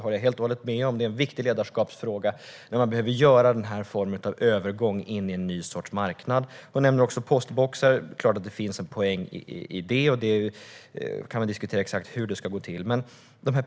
Det håller jag helt med om. Det är en viktig ledarskapsfråga när man behöver göra denna övergång till en ny sorts marknad. Hon nämner också postboxar. Det är klart att det finns en poäng i det. Man kan diskutera exakt hur det ska gå till.